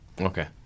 Okay